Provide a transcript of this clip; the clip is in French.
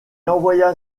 envoya